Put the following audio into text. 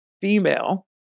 female